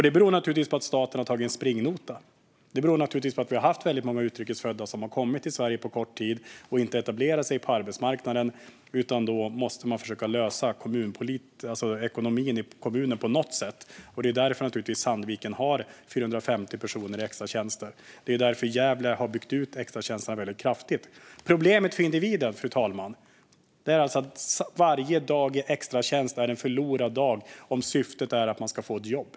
Det beror naturligtvis på att staten har tagit en springnota, att vi har haft många utrikes födda som har kommit till Sverige på kort tid och inte har etablerat sig på arbetsmarknaden och att man då måste försöka lösa ekonomin i kommunen på något sätt. Det är naturligtvis därför som Sandviken har 450 personer i extratjänster, och det är därför som Gävle har byggt ut extratjänsterna kraftigt. Problemet för individen, fru talman, är att varje dag på en extratjänst är en förlorad dag om syftet är att få ett jobb.